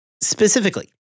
Specifically